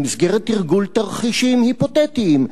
במסגרת תרגול תרחישים היפותטיים,